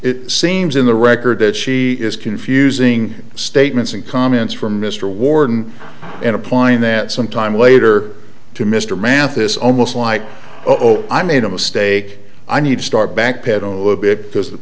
it seems in the record that she is confusing statements and comments from mr warden in a point that sometime later to mr mathis almost like oh i made a mistake i need to start back pedal a little bit because it